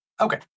Okay